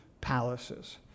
palaces